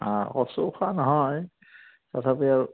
অঁ কচু খোৱা নহয় তথাপিও